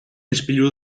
ispilu